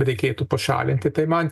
reikėtų pašalinti tai man